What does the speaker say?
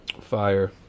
Fire